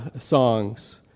songs